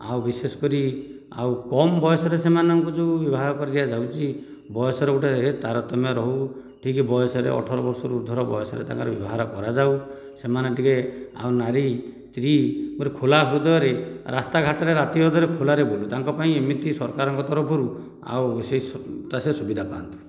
ବିଶେଷ କରି ସେମାନଙ୍କୁ ଯେଉଁ କମ ବୟସରେ ବାହାଘର କରି ଦିଆଯାଉଛି ବୟସର ଟିକେ ତାରତମ୍ୟ ରହୁ ଟିକେ ବୟସର ଅଠର ବର୍ଷର ଉର୍ଦ୍ଧ୍ୱ ବୟସରେ ତାଙ୍କର ବିବାହର କରାଯାଉ ସେମାନେ ଟିକେ ନାରୀ ସ୍ତ୍ରୀ ଖୋଲା ହୃଦୟରେ ରାସ୍ତା ଘାଟରେ ଖୋଲାରେ ବୁଲୁ ତାଙ୍କ ପାଇଁ ଏମିତି ସରକାରଙ୍କ ତରଫରୁ ଆଉ ସେ ସୁବିଧା ପାଆନ୍ତୁ